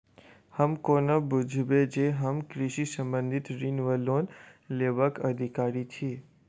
हम कोना बुझबै जे हम कृषि संबंधित ऋण वा लोन लेबाक अधिकारी छी?